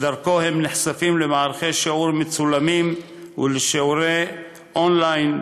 שדרכו הם נחשפים למערכי שיעור מצולמים ולשיעורי און-ליין,